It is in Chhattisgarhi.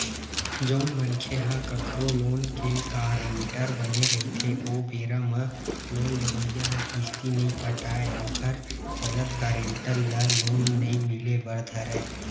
जउन मनखे ह कखरो लोन के गारंटर बने रहिथे ओ बेरा म लोन लेवइया ह किस्ती नइ पटाय ओखर चलत गारेंटर ल लोन नइ मिले बर धरय